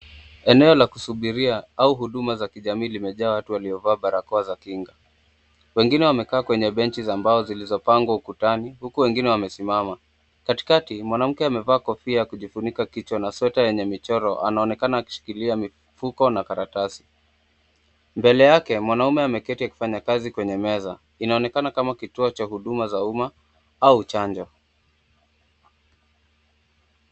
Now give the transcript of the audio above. Eneo la kusubiria au huduma za kijamii limejaa watu waliovaa barakoa za kinga, wengine wamekaa kwenye benchi za mbao zilizopangwa ukutani huku wengine wamesimama, katikati mwanamke amevaa kofia ya kujifunika kichwa na sweta yenye michoro anaonekana akishikilia mifuko na karatasi. Mbele yake mwanaume ameketi akifanya kazi kwenye meza. Inaonekana kama kituo cha huduma za uma au chanjo.